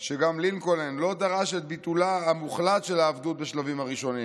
שגם לינקולן לא דרש את ביטולה המוחלט של העבדות בשלבים הראשונים,